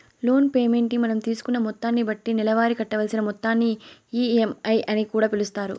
loan payment ని మనం తీసుకున్న మొత్తాన్ని బట్టి నెలవారీ కట్టవలసిన మొత్తాన్ని ఈ.ఎం.ఐ అని కూడా పిలుస్తారు